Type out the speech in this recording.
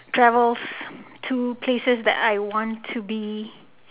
travels to places that I want to be